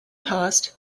passed